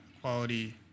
quality